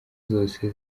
zose